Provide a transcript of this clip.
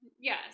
Yes